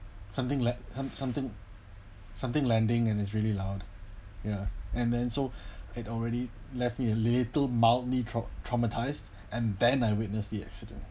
something like something something lending and it's really loud ya and then so it already left me a little mildly trau~ traumatised and then I witnessed the accident